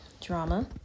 drama